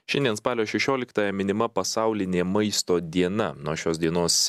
šiandien spalio šešioliktąją minima pasaulinė maisto diena nuo šios dienos